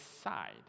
side